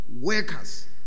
workers